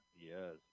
Yes